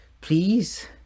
please